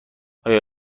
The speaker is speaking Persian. آیا